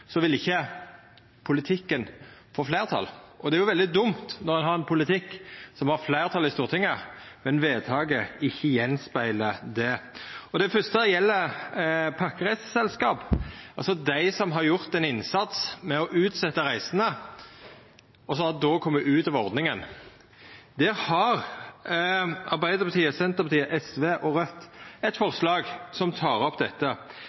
vil ikkje politikken få fleirtal. Det er veldig dumt når ein har ein politikk som har fleirtal i Stortinget, men vedtaket ikkje speglar av det. Det fyrste gjeld pakkereiseselskap, altså dei som har gjort ein innsats med å utsetja reisene, og då har kome ut av ordninga. Der har Arbeidarpartiet, Senterpartiet, SV og Raudt eit forslag som tek opp dette.